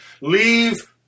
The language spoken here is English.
Leave